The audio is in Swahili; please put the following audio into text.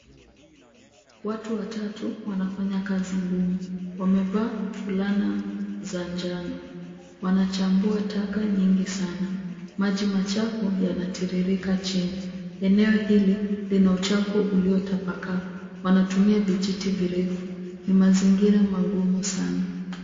Watu watatu, wanafanya kazi ngumu. Wamevaa fulana za njano. Wanachambua taka nyingi sana. Maji machafu yanatiririka chini. Eneo hili lina uchafu uliotapakaa. Wanatumia vijiti virefu. Ni mazingira magumu sana.